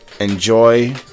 Enjoy